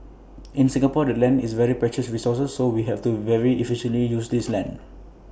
in Singapore the land is very precious resource so we have to very efficiently use this land